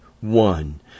one